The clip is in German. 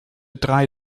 drei